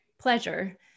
pleasure